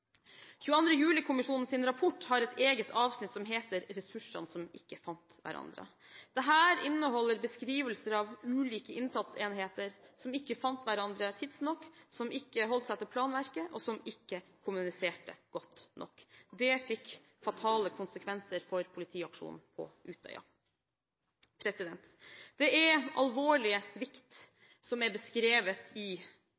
rapport har et eget avsnitt som heter «Ressursene som ikke fant hverandre». Det inneholder beskrivelser av ulike innsatsenheter som ikke fant hverandre tidsnok, som ikke holdt seg til planverket, og som ikke kommuniserte godt nok. Det fikk fatale konsekvenser for politiaksjonen på Utøya. Det er alvorlig svikt